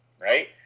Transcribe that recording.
right